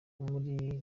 muri